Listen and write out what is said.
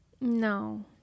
No